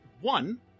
One